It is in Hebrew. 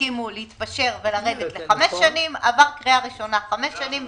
שם יש הפניה לסעיף 31, שהוא סעיף ההתיישנות.